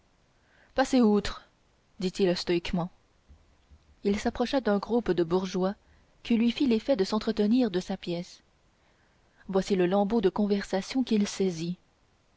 passez outre dit-il stoïquement il s'approcha d'un groupe de bourgeois qui lui fit l'effet de s'entretenir de sa pièce voici le lambeau de conversation qu'il saisit